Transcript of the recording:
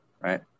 right